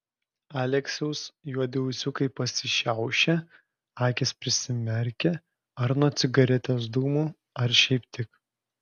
aleksiaus juodi ūsiukai pasišiaušia akys prisimerkia ar nuo cigaretės dūmų ar šiaip tik